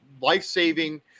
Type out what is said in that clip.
life-saving